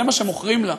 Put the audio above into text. זה מה שמוכרים לה,